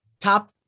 top